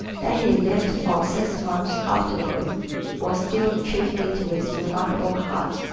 that he lived for six months afterward was due chiefly to his remarkable heart.